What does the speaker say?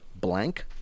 blank